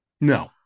No